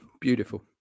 beautiful